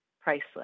priceless